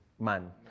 man